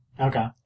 Okay